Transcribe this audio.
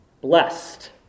blessed